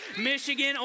Michigan